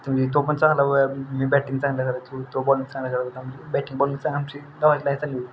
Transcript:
तुम्ही तो पण चांगला वया मी बॅटिंग चांगल्या करायचो तो पण बॉलिंग चांगला करावं लागतं बॅटिंग बॉलिंगचा आमची गावाला चालली होती